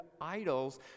idols